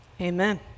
Amen